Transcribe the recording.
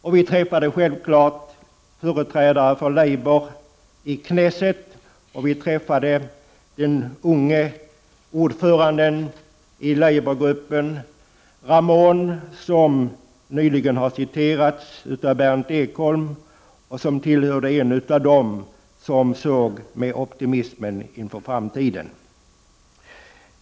Och självfallet träffade vi företrädare för Labour i knesset, och vi träffade den unge ordföranden i Labourgruppen, Ramon, som nyligen har citerats av Berndt Ekholm och som var en av dem som såg med optimism på framtiden.